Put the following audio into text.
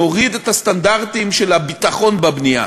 נוריד את הסטנדרטים של הביטחון בבנייה,